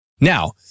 Now